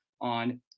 on